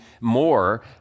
more